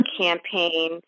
campaign